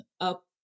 up